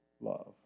love